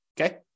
okay